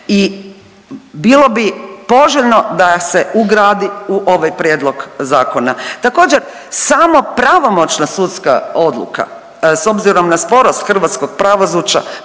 i bilo bi poželjno da se ugradi u ovaj prijedlog zakona. Također, samo pravomoćna sudska odluka, s obzirom na sporost hrvatskog pravosuđa,